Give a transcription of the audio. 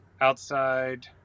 outside